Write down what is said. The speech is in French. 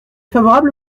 favorable